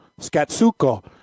Skatsuko